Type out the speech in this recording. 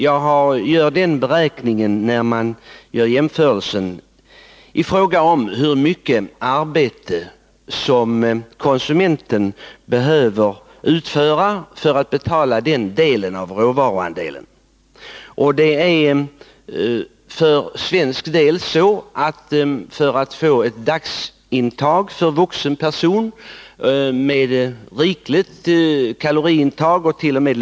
Jag har gjort en beräkning av hur mycket arbete konsumenten behöver utföra för att betala den biten av råvaruandelen. För svenskt vidkommande kostar ett rikligt kaloriintag per dag —t.o.m.